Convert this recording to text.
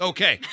Okay